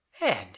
And